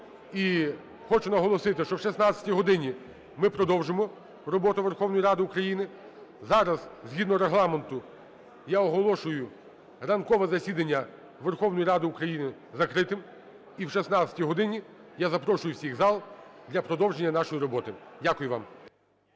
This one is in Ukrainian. І хочу наголосити, що о 16 годині ми продовжимо роботу Верховної Ради України. Зараз згідно Регламенту я оголошую ранкове засідання Верховної Ради України закритим. І о 16 годині я запрошую усіх в зал для продовження нашої роботи. Дякую вам.